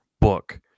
book